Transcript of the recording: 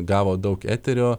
gavo daug eterio